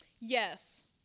Yes